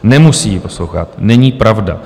Nemusí ji poslouchat, není pravda.